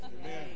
Amen